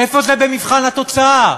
איפה זה במבחן התוצאה?